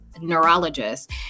neurologist